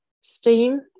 steam